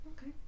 Okay